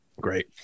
Great